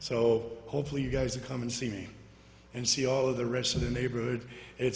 so hopefully you guys to come and see me and see all of the rest of the neighborhood it's